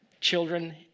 children